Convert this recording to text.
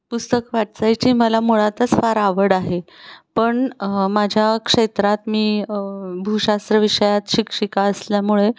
पुस्तक वाचायची मला मुळातच फार आवड आहे पण माझ्या क्षेत्रात मी भूशास्त्र विषयात शिक्षिका असल्यामुळे